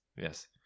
Yes